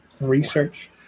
research